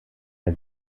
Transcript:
der